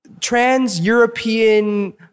Trans-European